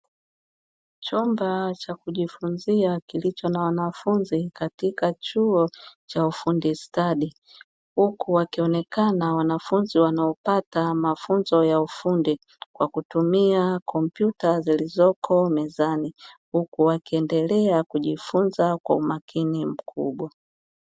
Chumba cha kujifunzia kilicho na wanafunzi katika chuo cha ufundi stadi, huku wakionekana wanafunzi wanaopata mafunzo ya ufundi kwa kutumia kompyuta zilizopo mezani, huku wakiendelea kujifunza kwa umakini mkubwa.